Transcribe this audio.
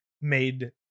made